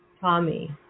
Tommy